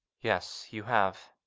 yes, you have.